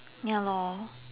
ya lor